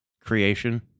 creation